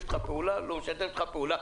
איתך פעולה או לא משתף איתך פעולה.